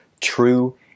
true